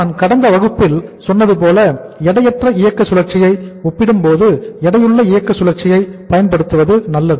நான் கடந்த வகுப்பில் சொன்னதுபோல எடையற்ற இயக்க சுழற்சியை ஒப்பிடும்போது எடையுள்ள இயக்க சுழற்சியை பயன்படுத்துவது நல்லது